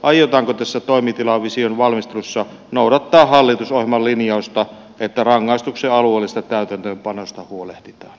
aiotaanko tässä toimitilavision valmistelussa noudattaa hallitusohjelman linjausta että rangaistuksen alueellisesta täytäntöönpanosta huolehditaan